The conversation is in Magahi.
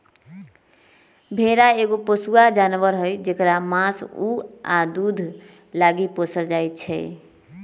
भेड़ा एगो पोसुआ जानवर हई जेकरा मास, उन आ दूध लागी पोसल जाइ छै